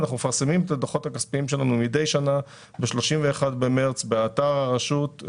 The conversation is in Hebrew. אנחנו מפרסמים את הדוחות הכספיים שלנו מדי שנה ב-31 במארס באתר הרשות.